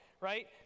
right